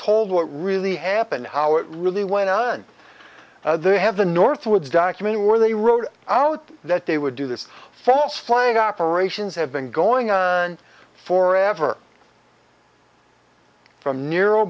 told what really happened how it really went on they have the northwoods document where they wrote out that they would do this false flag operations have been going on for ever from nero